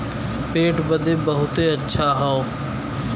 पेट बदे बहुते अच्छा हौ